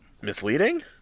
Misleading